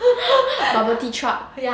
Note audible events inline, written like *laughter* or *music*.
*laughs* bubble tea truck